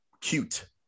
cute